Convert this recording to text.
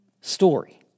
story